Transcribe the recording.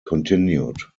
continued